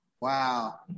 Wow